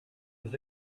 was